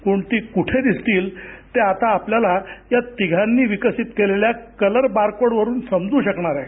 कोणती कुठे दिसतील ते आपल्याला आता या तिघांनी विकसित केलेल्या कलर बारकोड वरून समजू शकणार आहे